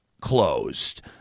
closed